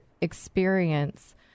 experience